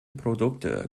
produkte